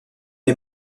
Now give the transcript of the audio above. est